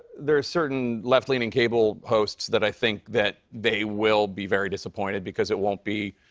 there's certain left-leaning cable hosts that i think that they will be very disappointed, because it won't be,